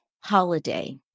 holiday